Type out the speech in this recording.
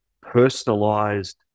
personalized